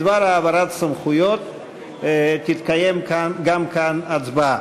בדבר העברת סמכויות, גם תתקיים כאן הצבעה.